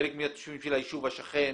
חלק מהתושבים של היישוב השכן.